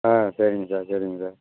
ஆ சரிங்க சார் சரிங்க சார்